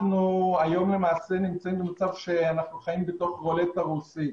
אנחנו היום למעשה נמצאים במצב שאנחנו חיים בתוך רולטה רוסית,